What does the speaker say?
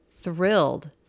thrilled